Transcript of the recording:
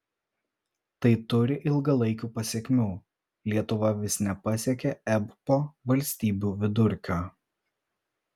tai turi ilgalaikių pasekmių lietuva vis nepasiekia ebpo valstybių vidurkio